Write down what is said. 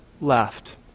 left